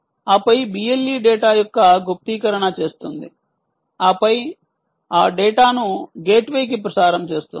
ఆపై BLE data యొక్క గుప్తీకరణ చేస్తుంది ఆపై ఆ డేటాను గేట్వేకి ప్రసారం చేస్తుంది